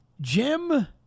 jim